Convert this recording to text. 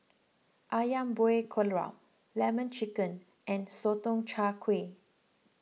Ayam Buah Keluak Lemon Chicken and Sotong Char Kway